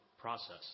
process